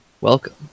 Welcome